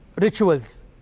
rituals